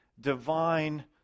divine